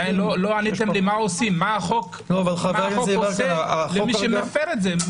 מה עושים עם מי שמפר את זה?